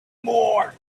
more